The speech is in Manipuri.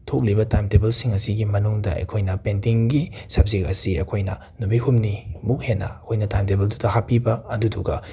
ꯊꯣꯛꯂꯤꯕ ꯇꯥꯏꯝ ꯇꯦꯕꯜꯁꯤꯡ ꯑꯁꯤꯒꯤ ꯃꯅꯨꯡꯗ ꯑꯩꯈꯣꯏꯅ ꯄꯦꯟꯇꯤꯡꯒꯤ ꯁꯞꯖꯦꯛ ꯑꯁꯤ ꯑꯩꯈꯣꯏꯅ ꯅꯨꯃꯤꯠ ꯍꯨꯝꯅꯤꯃꯨꯛ ꯍꯦꯟꯅ ꯑꯩꯈꯣꯏꯅ ꯇꯥꯏꯝ ꯇꯦꯕꯜꯗꯨꯗ ꯍꯥꯞꯄꯤꯕ ꯑꯗꯨꯗꯨꯒ